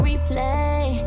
Replay